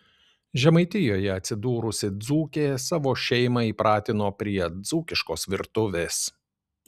žemaitijoje atsidūrusi dzūkė savo šeimą įpratino prie dzūkiškos virtuvės